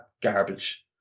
garbage